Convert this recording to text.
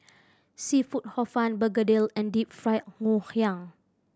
seafood Hor Fun begedil and Deep Fried Ngoh Hiang